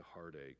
heartache